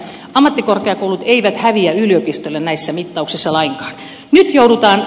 ammattikorkeakoulut eivät häviä yliopistoille näissä mittauksissa lainkaan